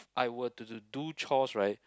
I were to do do chores right